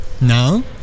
now